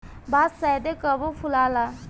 बांस शायदे कबो फुलाला